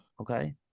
Okay